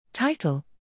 Title